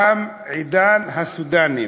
תם עידן הסודאנים.